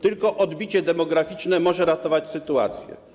Tylko odbicie demograficzne może uratować sytuację.